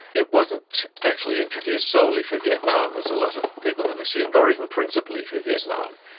it wasn't actually introduced solely for vietnam, as a lot of people have assumed, or even principally for vietnam.